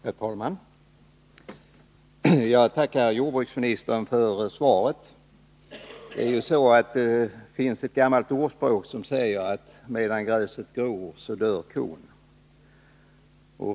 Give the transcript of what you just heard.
Herr talman! Jag tackar jordbruksministern för svaret. Det finns ett gammalt ordspråk som säger att medan gräset gror, så dör kon.